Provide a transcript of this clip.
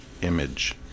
image